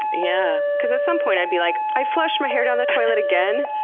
yeah because at some point i'd be like, i flushed my hair down the toilet again?